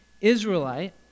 Israelite